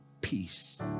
peace